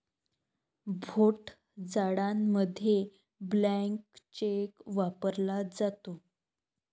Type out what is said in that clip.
भोट जाडामध्ये blank cheque वापरला जातो